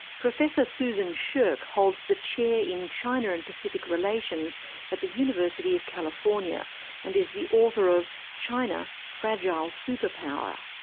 professor susan shirk holds the chair in china and pacific relations at the university of california and is the author of china fragile superpower.